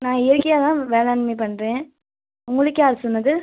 நான் இயற்கையாக தான் வேளாண்மை பண்ணுறேன் உங்களுக்கு யார் சொன்னது